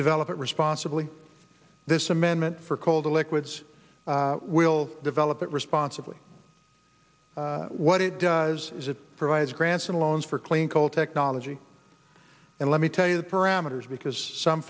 develop it responsibly this amendment for coal to liquids will develop it responsibly what it does is it provides grants and loans for clean coal technology and let me tell you the parameters because some